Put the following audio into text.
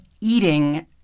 eating